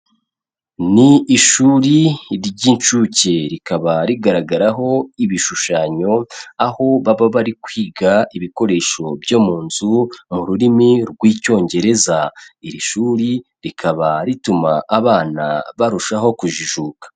Ni ishuri ry'inshuke rikaba rigaragaraho ibishushanyo aho baba bari kwiga ibikoresho byo mu nzu mu rurimi rw'Icyongereza, iri shuri rikaba rituma abana barushaho kujijuka.